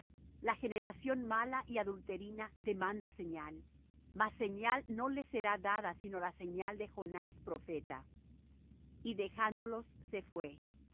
la generación mala y adulterina demanda señal mas señal no le será dada sino la señal de jonás profeta